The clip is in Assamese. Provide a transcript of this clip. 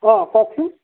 অঁ কওকচোন